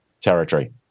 territory